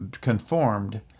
conformed